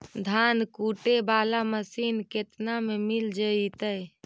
धान कुटे बाला मशीन केतना में मिल जइतै?